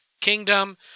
kingdom